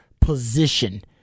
position